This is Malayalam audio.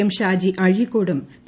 എം ഷാജി അഴീക്കോടും പി